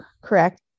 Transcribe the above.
correct